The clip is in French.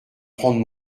prendre